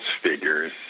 figures